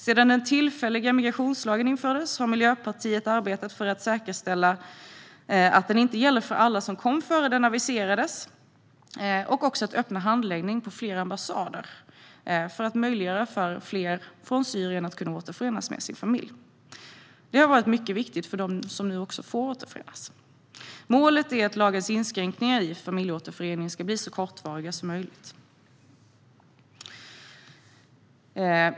Sedan den tillfälliga migrationslagen infördes har Miljöpartiet arbetat för att säkerställa att den inte gäller för alla som kom innan lagen aviserades och för att öppna handläggning på fler ambassader för att möjliggöra för fler från Syrien att kunna återförenas med sin familj. Det har varit mycket viktigt för dem som nu får återförenas. Målet är att lagens inskränkningar i familjeåterförening ska bli så kortvariga som möjligt.